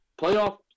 Playoff